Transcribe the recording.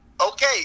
okay